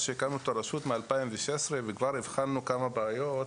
שהקמנו את הרשות מ-2016 וכבר הבחנו בכמה בעיות.